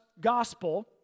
gospel